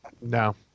No